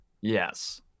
yes